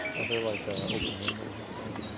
are there, like, ah open windows up there